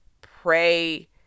pray